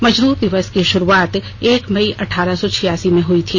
मजदूर दिवस कीशुरूआत एक मई अठारह सौ छियासी में हुई थी